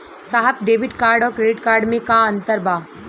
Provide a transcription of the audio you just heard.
साहब debit card और credit card में का अंतर बा?